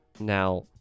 Now